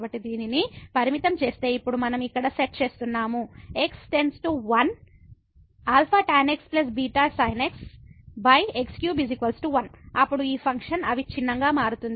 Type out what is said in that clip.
కాబట్టి దీనిని లిమిట్ చేస్తే ఇప్పుడు మనం ఇక్కడ సెట్ చేస్తున్నాము x→1α tan xβ sin x x3 1 అప్పుడు ఈ ఫంక్షన్ అవిచ్ఛిన్నంగా మారుతుంది